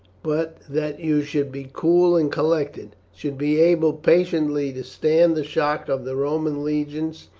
but that you should be cool and collected, should be able patiently to stand the shock of the roman legion,